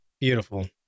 Beautiful